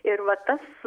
ir vat tas